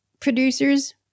Producers